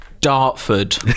Dartford